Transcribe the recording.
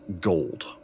gold